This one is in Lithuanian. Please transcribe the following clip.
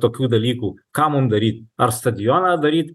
tokių dalykų ką mum daryt ar stadioną daryt